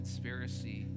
Conspiracy